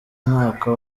mwaka